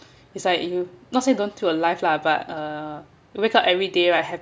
it's like you not say don't feel alive lah but uh wake up everyday right